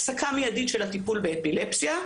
הפסקה מיידית של הטיפול באפילפסיה.